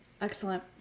Excellent